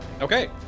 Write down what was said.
okay